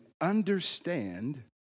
understand